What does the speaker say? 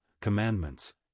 Commandments